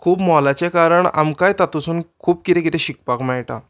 खूब मोलाचें कारण आमकांय तातूंसून खूब कितें कितें शिकपाक मेयटा